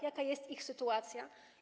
Jaka jest ich sytuacja?